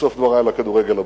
בסוף דברי לכדורגל הברזילאי.